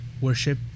worship